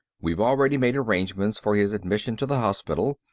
we've already made arrangements for his admission to the hospital.